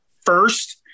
first